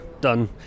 done